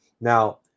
now